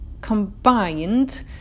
combined